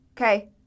okay